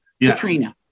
Katrina